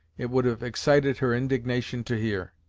it would have excited her indignation to hear.